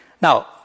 Now